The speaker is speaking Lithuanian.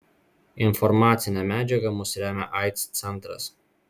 informacine medžiaga mus remia aids centras